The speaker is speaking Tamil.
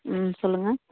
ம் சொல்லுங்கள்